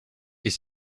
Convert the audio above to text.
est